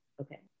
okay